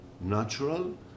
natural